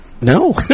No